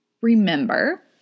remember